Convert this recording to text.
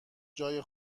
جای